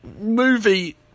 movie